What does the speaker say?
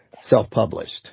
self-published